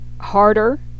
harder